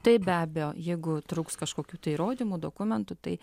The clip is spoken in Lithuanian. tai be abejo jeigu trūks kažkokių tai įrodymų dokumentų tai